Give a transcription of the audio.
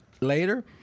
later